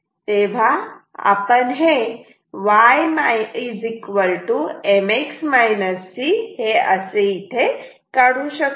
तेव्हा आपण हे y mx c कसे काढू शकतो